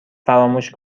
فراموش